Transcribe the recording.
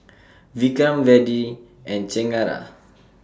Vikram Vedre and Chengara